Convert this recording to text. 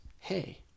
hey